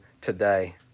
today